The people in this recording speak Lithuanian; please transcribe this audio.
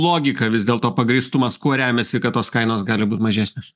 logika vis dėlto pagrįstumas kuo remiasi kad tos kainos gali būt mažesnės